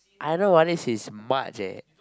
I know about this sine March eh